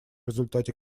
результате